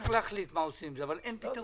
צריך להחליט מה עושים עם זה אבל אין פתרון.